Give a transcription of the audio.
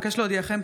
אבקש להודיעכם,